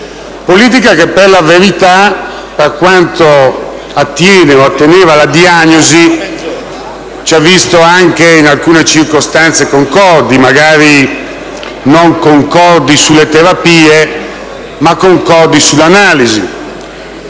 politica che, per la verità, per quanto attiene o atteneva alla diagnosi, ci ha visti anche in alcune circostanze concordi, magari non sulle terapie ma sull'analisi.